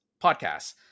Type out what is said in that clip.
podcasts